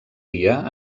dia